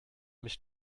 mich